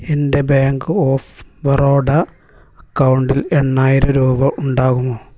എൻ്റെ bank of Baroda അക്കൗണ്ടിൽ എണ്ണായിരം രൂപ ഉണ്ടാകുമോ